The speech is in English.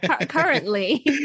currently